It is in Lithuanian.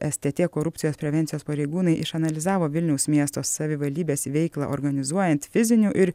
stt korupcijos prevencijos pareigūnai išanalizavo vilniaus miesto savivaldybės veiklą organizuojant fizinių ir